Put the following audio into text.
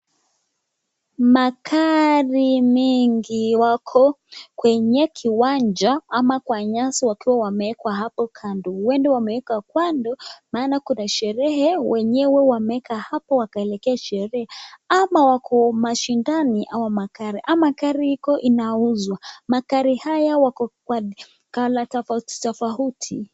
Magari mengi yako kwenye kiwanja ama kwa nyasi yakiwa yamewekwa hapo kando. Huenda yamewekwa kando maana kuna sherehe wenyewe wameeka hapo wakaelekea sherehe ama wako mashindano ya haya magari ama gari iko inauzwa, magari haya yako kwa colour tofauti tofauti.